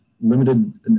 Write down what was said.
limited